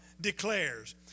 declares